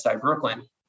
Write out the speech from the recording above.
Brooklyn